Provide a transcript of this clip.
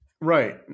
Right